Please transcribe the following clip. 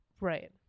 right